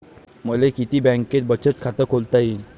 मले किती बँकेत बचत खात खोलता येते?